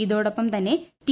ഇതോടൊപ്പം തന്നെ ടി